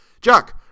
Jack